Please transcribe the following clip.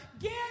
get